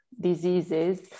diseases